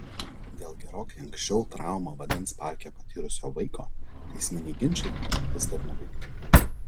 dėl gerokai anksčiau traumą vandens parke patyrusio vaiko teisminiai ginčai vis dar nebaigti